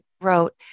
wrote